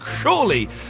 Surely